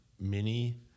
mini